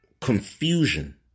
confusion